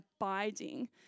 abiding